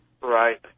Right